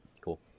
cool